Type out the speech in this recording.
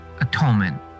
atonement